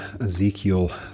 Ezekiel